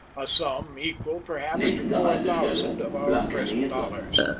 a sum equal perhaps to four thousand of our present dollars.